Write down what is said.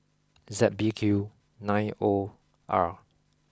Z B Q nine O R